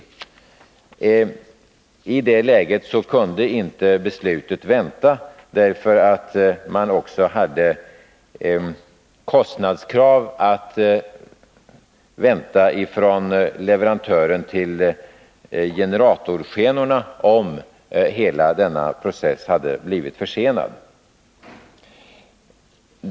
I det läget kunde inte beslutet anstå, för man hade också krav att vänta från leverantören av generatorskenorna, om hela denna process hade blivit försenad.